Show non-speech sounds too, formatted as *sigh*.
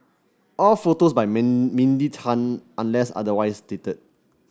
all photos by *unintelligible* Mindy Tan unless otherwise stated